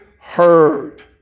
heard